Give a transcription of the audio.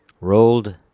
Rolled